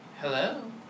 Hello